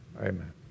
Amen